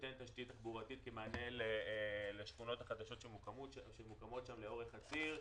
נותן תשתית תחבורתית כמענה לשכונות החדשות שמוקמות שם לאורך הציר.